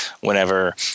whenever